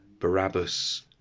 Barabbas